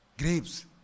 grapes